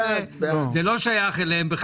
זה לא שייך אליהם בכלל.